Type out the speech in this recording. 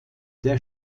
der